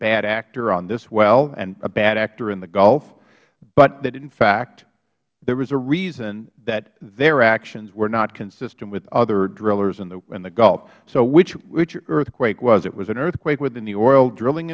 bad actor on this well and a bad actor in the gulf but that in fact there was a reason that their actions were not consistent with other drillers in the gulf so which earthquake was it was an earthquake within the oil drilling